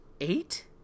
Eight